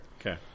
Okay